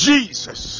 Jesus